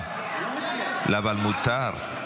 אבל מותר.